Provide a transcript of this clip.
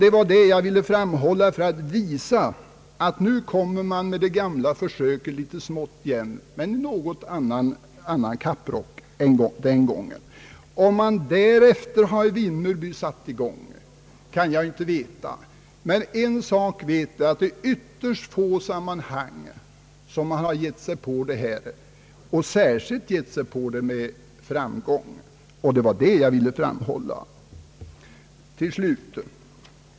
Det var detta jag ville framhålla för att visa att man gör om det gamla försöket igen, fastän i en något annorlunda beskaffad kapprock än den gången. Om man i Vimmerby därefter har börjat elda med avfall, kan jag inte veta, men en sak vet jag: Det är i ytterst få sammanhang som man försökt göra det, särskilt att göra det med framgång. Det var det jag ville framhålla.